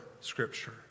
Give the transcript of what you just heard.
Scripture